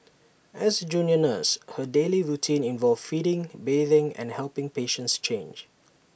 as A junior nurse her daily routine involved feeding bathing and helping patients change